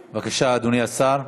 בבקשה, אדוני השר.